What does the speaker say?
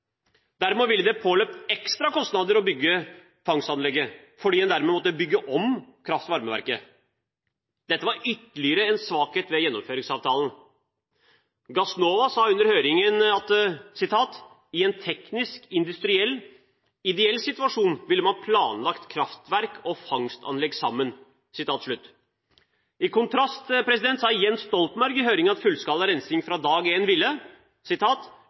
Dermed ville det påløpe ekstra kostnader å bygge fangstanlegget fordi en måtte bygge om kraftvarmeverket. Dette var en ytterligere svakhet ved gjennomføringsavtalen. Gassnova sa under høringen: «Ut fra en teknisk, industriell, ideell situasjon ville man planlagt kraftverk og fangstanlegg sammen». I kontrast sa Jens Stoltenberg i høringen at fullskala rensing fra dag én ville «utsette kraftvarmeverket med mange, mange år», og at Statoil «ikke kunne godta en